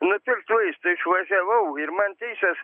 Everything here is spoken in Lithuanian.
nupirkt vaistų išvažiavau ir man teises